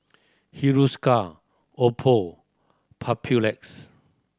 Hiruscar Oppo Papulex